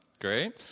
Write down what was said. Great